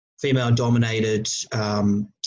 female-dominated